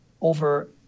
over